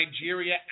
Nigeria